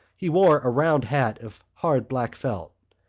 he wore a round hat of hard black felt.